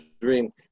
dream